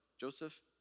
Joseph